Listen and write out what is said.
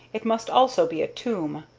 it must also be a tomb,